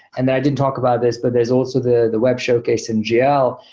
and i didn't talk about this, but there's also the the web showcase and gl.